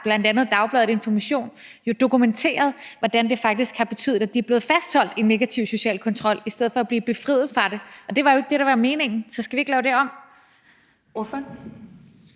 bl.a. Dagbladet Information jo dokumenteret, hvordan de er blevet fastholdt i negativ social kontrol i stedet for at blive befriet fra det. Og det var jo ikke det, der var meningen, så skal vi ikke lave det om?